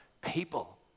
people